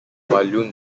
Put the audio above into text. walloon